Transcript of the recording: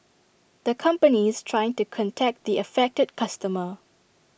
the company is trying to contact the affected customer